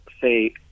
say